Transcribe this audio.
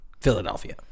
Philadelphia